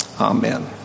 amen